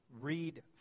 read